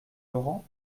laurent